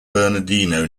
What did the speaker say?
bernardino